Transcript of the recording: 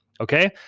okay